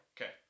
Okay